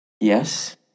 yes